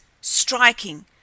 striking